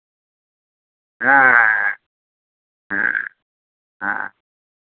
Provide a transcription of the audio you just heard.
ᱦᱮᱸ ᱦᱮᱸ ᱦᱮᱸ